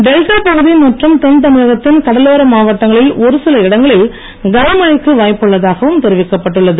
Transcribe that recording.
delta பகுதி மற்றும் தென்தமிழகத்தின் கடலோர மாவட்டங்களில் ஒருசில இடங்களில் கனமழைக்கு வாய்ப்புள்ளதாகவும் தெரிவிக்கப்பட்டுள்ளது